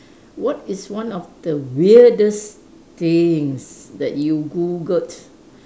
what is one of the weirdest things that you Googled